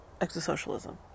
exosocialism